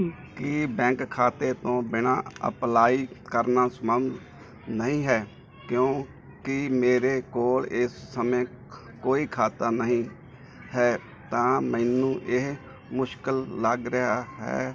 ਕੀ bank ਖਾਤੇ ਤੋਂ ਬਿਨਾਂ ਅਪਲਾਈ ਕਰਨਾ ਸਮਮ ਨਹੀਂ ਹੈ ਕਿਉਂਕਿ ਮੇਰੇ ਕੋਲ ਇਸ ਸਮੇਂ ਕੋਈ ਖਾਤਾ ਨਹੀਂ ਹੈ ਤਾਂ ਮੈਨੂੰ ਇਹ ਮੁਸ਼ਕਲ ਲੱਗ ਰਿਹਾ ਹੈ